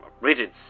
rigid